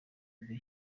muri